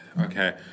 Okay